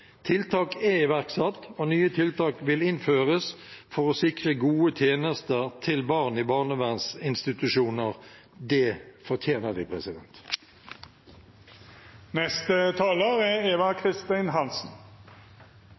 Tiltak er iverksatt, og nye tiltak vil innføres for å sikre gode tjenester til barn i barnevernsinstitusjoner. Det fortjener de!